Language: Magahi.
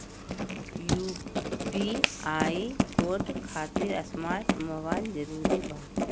यू.पी.आई कोड खातिर स्मार्ट मोबाइल जरूरी बा?